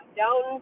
down